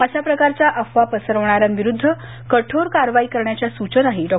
अशा प्रकारच्या अफवा पसरवणाऱ्यांविरुद्ध कठोर कारवाई करण्याच्या सूचनाही डॉ